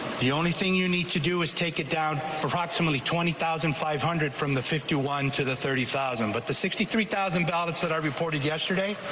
the only thing you need to do is take it down for approximately twenty thousand five hundred from the fifty one to the thirty thousand but the sixty three thousand dollars that are reported yesterday.